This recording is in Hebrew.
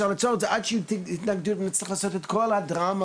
אי אפשר לעצור אותה עד שנצטרך לעשות את כל הדרמה,